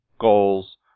goals